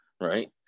right